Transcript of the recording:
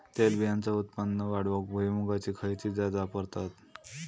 तेलबियांचा उत्पन्न वाढवूक भुईमूगाची खयची जात वापरतत?